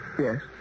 Yes